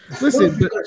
Listen